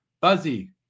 Buzzy